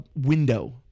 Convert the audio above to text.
window